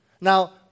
Now